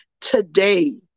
today